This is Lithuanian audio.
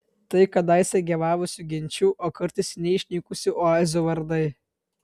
tai kadaise gyvavusių genčių o kartais seniai išnykusių oazių vardai